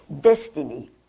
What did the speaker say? destiny